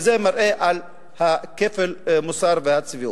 וזה מלמד על כפל מוסר ועל צביעות.